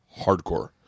Hardcore